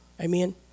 Amen